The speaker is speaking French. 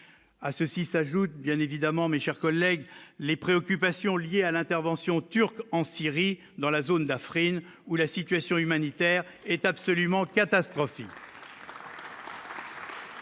à ceci s'ajoute bien évidemment, mes chers collègues, les préoccupations liées à l'intervention turque en Syrie dans la zone d'Afrine, où la situation humanitaire est absolument catastrophique.